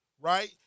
right